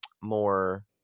more